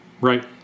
right